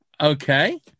okay